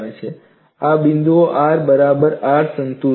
આ બિંદુએ R બરાબર R સંતુષ્ટ છે